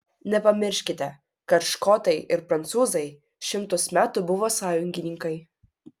nepamirškite kad škotai ir prancūzai šimtus metų buvo sąjungininkai